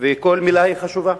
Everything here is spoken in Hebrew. וכל מלה היא חשובה,